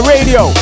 Radio